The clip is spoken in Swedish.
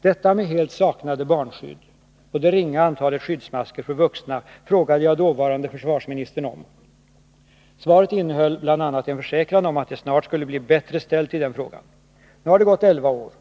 Detta med helt saknade barnskydd — och det ringa antalet skyddsmasker för vuxna — frågade jag dåvarande försvarsministern om. Svaret innehöll bl.a. en försäkran om att det snart skulle bli bättre ställt i den frågan. Nu har det gått elva år